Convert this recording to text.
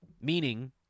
Meaning